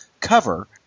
cover